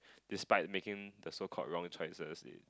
despite making the so called wrong choices it